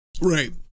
Right